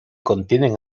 contienen